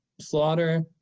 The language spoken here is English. slaughter